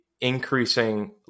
increasing